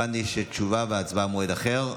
הבנתי שתשובה והצבעה במועד אחר?